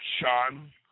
Sean